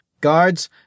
Guards